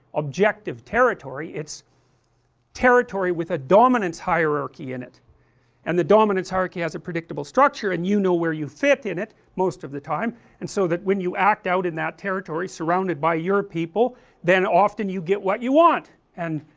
objective territory, it's territory with a dominance hierarchy in it and the dominance hierarchy has a predictable structure and you know where you fit in it most of the time and so when you act out in that territory surrounded by your people then often you get what you want and,